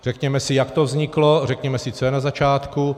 Řekněme si, jak to vzniklo, řekněme si, co je na začátku.